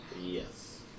Yes